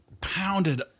pounded